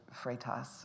Freitas